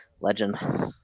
Legend